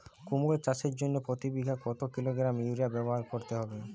কুমড়ো চাষের জন্য প্রতি বিঘা কত কিলোগ্রাম ইউরিয়া ব্যবহার করতে হবে?